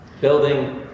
building